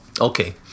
Okay